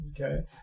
Okay